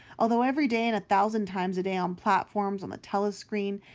although every day and a thousand times a day, on platforms, on the telescreen,